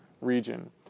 region